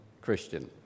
Christian